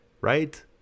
Right